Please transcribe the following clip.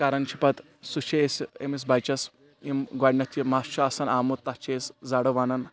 کَران چھِ پَتہٕ سُہ چھِ أسۍ أمِس بَچَس یِم گۄڈنٮ۪تھ یہِ مَس چھُ آسان آمُت تَتھ چھِ أسۍ زَرٕ وَنان